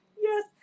yes